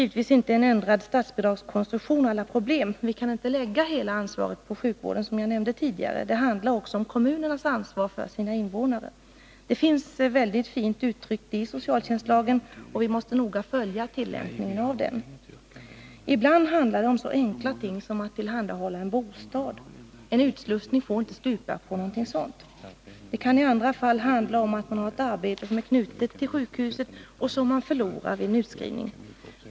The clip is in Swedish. En ändrad statsbidragskonstruktion löser givetvis inte alla problem. Vi kan inte, som jag nämnde tidigare, lägga hela ansvaret på sjukvården. Det handlar också om kommunernas ansvar för sina invånare. Det finns väldigt fint uttryckt i socialtjänstlagen, och vi måste noga följa tillämpningen av den. Ibland handlar det om så enkla ting som att tillhandahålla en bostad. En utslussning får inte stupa på någonting sådant. Det kan i andra fall handla om att man har ett arbete som är knutet till sjukhuset och som man förlorar vid en utskrivning.